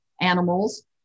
animals